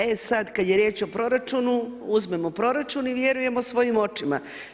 E sad kad je riječ o proračunu uzmemo proračun i vjerujemo svojim očima.